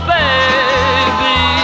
baby